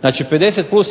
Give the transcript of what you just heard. Znači, 50 plus